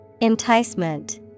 Enticement